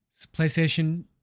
PlayStation